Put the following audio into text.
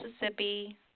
Mississippi